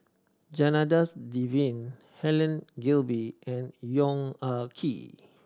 Janadas Devan Helen Gilbey and Yong Ah Kee